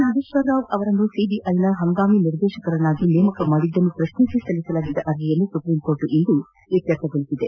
ನಾಗೇಶ್ವರ ರಾವ್ ಅವರನ್ನು ಸಿಬಿಐನ ಹಂಗಾಮಿ ನಿರ್ದೇಶಕರನ್ನಾಗಿ ನೇಮಕ ಮಾಡಿದ್ದನ್ನು ಪ್ರಶ್ನಿಸಿ ಸಲ್ಲಿಸಲಾಗಿದ್ದ ಅರ್ಜಿಯನ್ನು ಸುಪ್ರೀಂಕೋರ್ಟ್ ಇಂದು ಇತ್ತರ್ಥ ಮಾಡಿದೆ